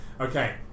Okay